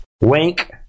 wink